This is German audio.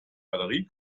batterie